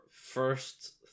first